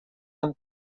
amb